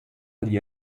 degli